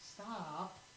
stop